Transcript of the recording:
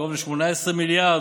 קרוב ל-18 מיליארד,